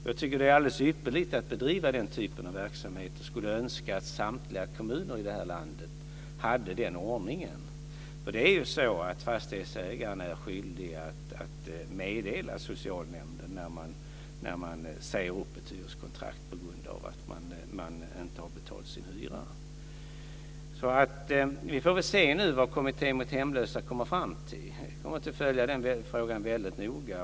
Jag tycker att det är alldeles ypperligt att bedriva den typen av verksamheter. Jag skulle önska att samtliga kommuner i det här landet hade den ordningen. Fastighetsägaren är ju skyldig att meddela socialnämnden när man säger upp ett hyreskontrakt på grund av att man inte har betalt sin hyra. Vi får väl se vad Kommittén för hemlösa kommer fram till. Vi kommer att följa den frågan väldigt noga.